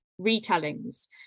retellings